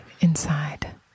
inside